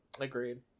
Agreed